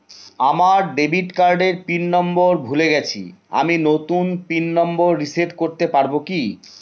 আমার ডেবিট কার্ডের pin number ভুলে গেছি আমি নূতন পিন নম্বর রিসেট করতে পারবো কি?